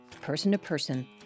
person-to-person